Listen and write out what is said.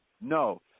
No